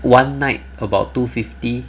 one night about two fifty